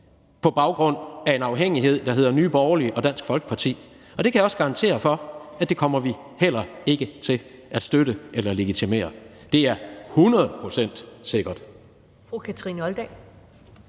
på baggrund af en afhængighed, der hedder Nye Borgerlige og Dansk Folkeparti, og det kan jeg også garantere for at vi heller ikke kommer til at støtte eller legitimere. Det er hundrede